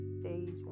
stage